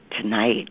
tonight